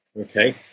okay